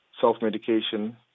self-medication